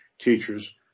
teachers